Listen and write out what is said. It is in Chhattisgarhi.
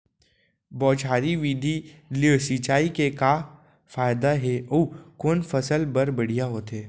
बौछारी विधि ले सिंचाई के का फायदा हे अऊ कोन फसल बर बढ़िया होथे?